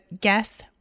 guess